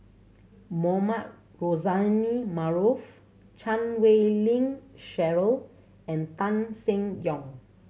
Mohamed Rozani Maarof Chan Wei Ling Cheryl and Tan Seng Yong